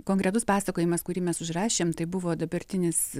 konkretus pasakojimas kurį mes užrašėm tai buvo dabartinis